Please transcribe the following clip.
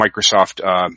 Microsoft